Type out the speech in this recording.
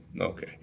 Okay